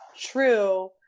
true